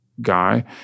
guy